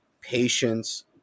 patience